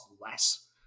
less